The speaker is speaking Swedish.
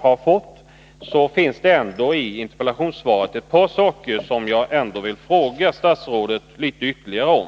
har fått finns det ändå i svaret ett par saker som jag vill be statsrådet belysa något närmare.